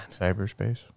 cyberspace